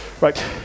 Right